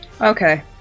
Okay